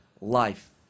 life